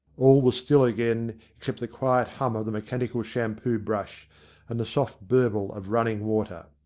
all was still again except the quiet hum of the mechanical shampoo brush and the soft burble of running water.